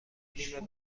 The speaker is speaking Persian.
نیم